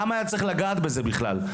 למה היה צריך לגעת בזה בכלל?